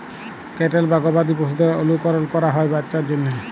cattle বা গবাদি পশুদের অলুকরল ক্যরা হ্যয় বাচ্চার জ্যনহে